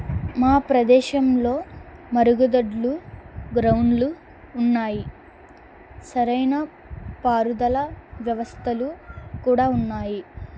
మా ప్రదేశంలో మరుగుదొడ్లు గ్రౌండ్లు ఉన్నాయి సరైన పారుదల వ్యవస్థలు కూడా ఉన్నాయి